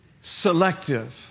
selective